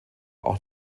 auch